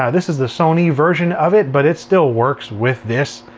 yeah this is the sony version of it, but it still works with this.